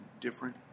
different